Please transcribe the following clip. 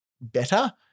better